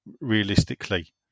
realistically